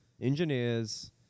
engineers